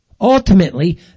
Ultimately